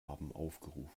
aufgerufen